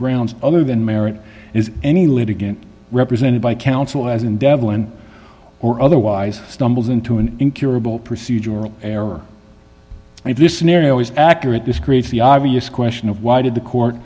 grounds other than merit is any litigant represented by counsel as in devon or otherwise stumbles into an incurable procedural error and if this scenario is accurate this creates the obvious question of why did the court